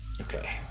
Okay